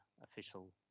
official